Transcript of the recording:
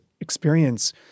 experience